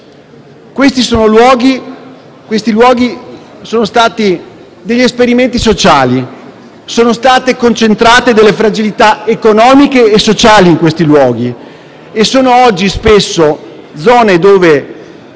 Questi luoghi sono stati degli esperimenti sociali: in essi sono state concentrate delle fragilità economiche e sociali e oggi sono spesso zone dove